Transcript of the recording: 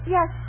Yes